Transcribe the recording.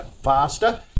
faster